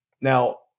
now